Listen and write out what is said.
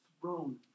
throne